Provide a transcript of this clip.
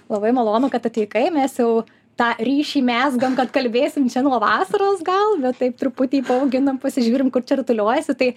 labai malonu kad atvykai mes jau tą ryšį mezgam kad kalbėsim čia nuo vasaros gal taip truputį paauginam pasižiūrim kur čia rutuliojasi tai